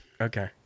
Okay